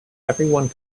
everyone